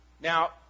Now